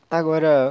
agora